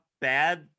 bad